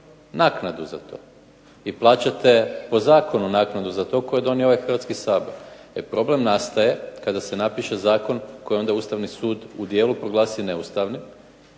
naknadu za to. I plaćate po zakonu naknadu za to koju je donio ovaj Hrvatski sabor. Problem nastaje kada se napiše zakon koji onda Ustavni sud u dijelu proglasi neustavnim